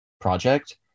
project